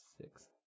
six